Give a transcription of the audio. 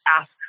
ask